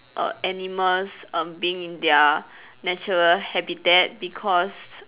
err animals um being in their natural habitat because